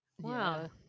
Wow